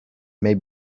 made